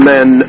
Men